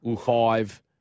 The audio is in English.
five